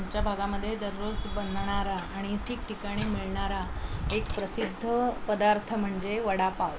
आमच्या भागामध्ये दररोज बनणारा आणि ठीक ठिकाणी मिळणारा एक प्रसिद्ध पदार्थ म्हणजे वडापाव